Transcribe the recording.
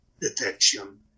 detection